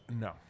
No